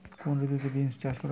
কোন ঋতুতে বিন্স চাষ ভালো হয়?